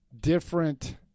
different